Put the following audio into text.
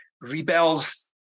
rebels